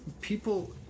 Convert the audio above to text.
people